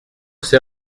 ces